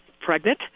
pregnant